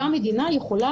אותה מדינה יכולה,